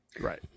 Right